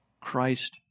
Christ